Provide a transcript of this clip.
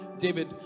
David